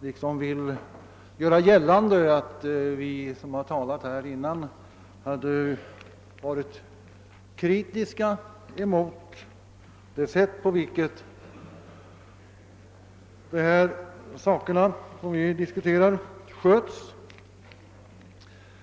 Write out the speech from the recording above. liksom ge ett sken av att vi som tidigare deltagit i denna debatt hade varit kritiska mot skötseln av den: verksamhet som nu diskuteras.